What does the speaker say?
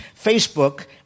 Facebook